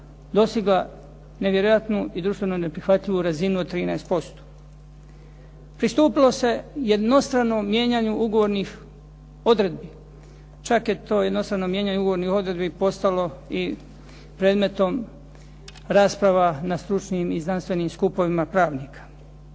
dostigla nevjerojatnu i društveno neprihvatljivu razinu od 13%. Pristupilo je jednostranom mijenjanju ugovornih odredbi. Čak je to jednostrano mijenjanje ugovornih odredbi postalo i predmetom raspravom na stručnim i znanstvenim skupovima pravnika.